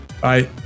Bye